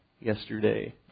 yesterday